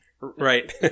Right